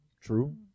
True